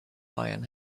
iron